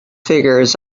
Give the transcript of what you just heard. figures